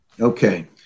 Okay